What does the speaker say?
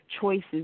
choices